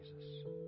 Jesus